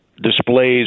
displays